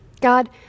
God